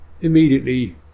immediately